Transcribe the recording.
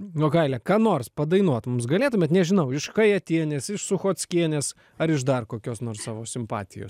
jogaile ką nors padainuot mums galėtumėt nežinau iš kajatienės iš suchockienės ar iš dar kokios nors savo simpatijo